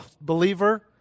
believer